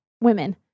women